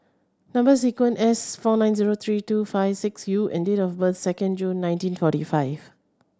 number sequence S four nine zero three two five six U and date of birth second June nineteen forty five